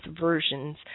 versions